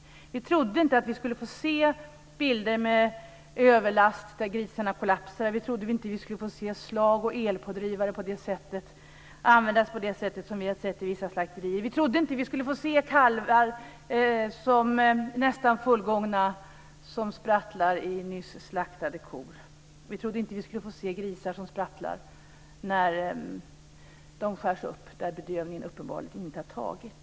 Vi trodde inte att vi skulle få se bilder på överlaster, där grisarna kollapsar. Vi trodde inte att vi skulle få se slag och elpådrivare användas på det sättet av vissa slakterier. Vi trodde inte att vi skulle få se nästan fullgångna kalvar som sprattlar i nyss slaktade kor. Vi trodde inte att vi skulle få se grisar som sprattlar när de skärs upp och bedövningen uppenbarligen inte har tagit.